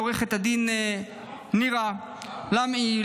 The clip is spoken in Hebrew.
לעורכת הדין נירה לאמעי,